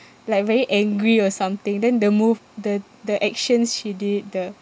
like very angry or something then the move the the actions she did the